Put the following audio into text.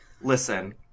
Listen